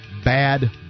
Bad